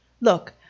Look